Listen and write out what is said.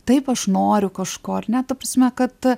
taip aš noriu kažko ar ne ta prasme kad